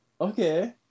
Okay